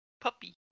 Puppy